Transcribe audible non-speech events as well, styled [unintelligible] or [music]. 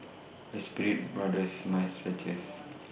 Espirit Brothers [unintelligible]